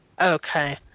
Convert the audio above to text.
Okay